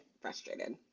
frustrated